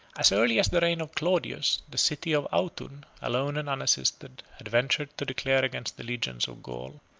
as early as the reign of claudius, the city of autun, alone and unassisted, had ventured to declare against the legions of gaul.